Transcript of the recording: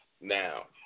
Now